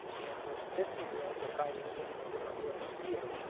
and the fifteen year olds are probably living in a different world than he is.